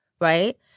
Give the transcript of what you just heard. right